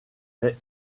est